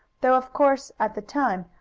though of course, at the time,